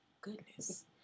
Goodness